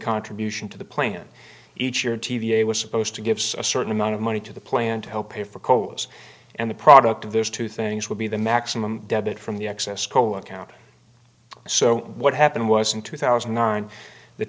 contribution to the plant each year t v a was supposed to give a certain amount of money to the plant to help pay for coals and the product of those two things would be the maximum debit from the excess cola account so what happened was in two thousand and nine the